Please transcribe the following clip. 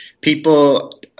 People